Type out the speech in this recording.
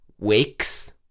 wakes